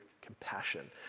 compassion